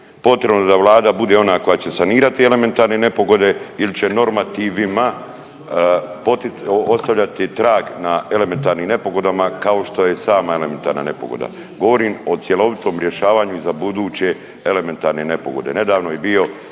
potrebno da vlada bude ona koja će sanirati elementarne nepogode ili će normativima ostavljati trag na elementarnim nepogodama kao što je i sama elementarna nepogoda. Govorim o cjelovitom rješavanju i za buduće elementarne nepogode. Nedavno je bio